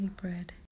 bread